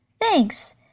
thanks